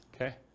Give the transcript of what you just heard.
okay